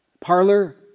parlor